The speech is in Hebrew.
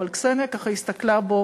אבל קסניה, ככה, הסתכלה בו